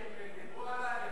דיברו עלי,